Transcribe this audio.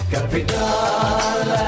Capital